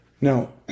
Now